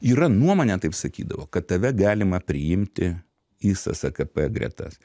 yra nuomonė taip sakydavo kad tave galima priimti į sskp gretas